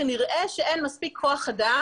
כנראה שלא.